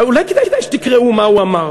אולי כדאי שתקראו מה הוא אמר.